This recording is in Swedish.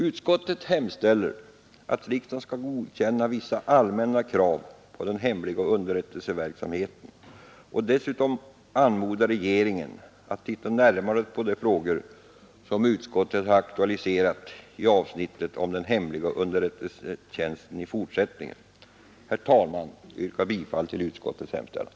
Utskottet hemställer att riksdagen skall godkänna vissa allmänna krav på den hemliga underrättelsetjänsten och dessutom anmoda regeringen att titta närmare på de frågor som utskottet har aktualiserat i avsnittet om den hemliga underrättelsetjänsten i fortsättningen. Herr talman! Jag yrkar bifall till utskottets hemställan.